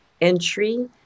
entry